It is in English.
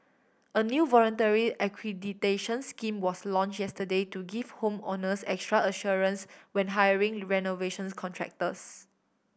a new voluntary accreditation scheme was launch yesterday to give home owners extra assurance when hiring renovations contractors